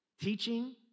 Teaching